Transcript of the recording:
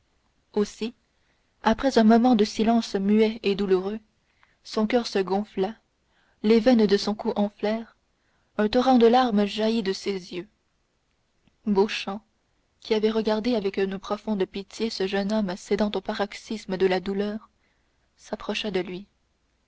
aussi après un moment de silence muet et douloureux son coeur se gonfla les veines de son cou s'enflèrent un torrent de larmes jaillit de ses yeux beauchamp qui avait regardé avec une profonde pitié ce jeune homme cédant au paroxysme de la douleur s'approcha de lui